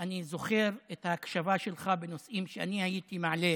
אני זוכר את ההקשבה שלך בנושאים שאני הייתי מעלה